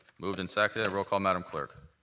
moved and seconded. roll call, madam clerk.